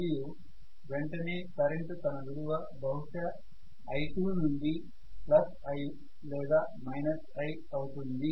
మరియు వెంటనే కరెంటు తన విలువ బహుశా i2 నుండి Iలేదా Iఅవుతుంది